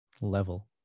level